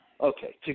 Okay